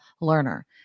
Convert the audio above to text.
learner